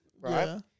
right